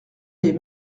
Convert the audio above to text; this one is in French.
lès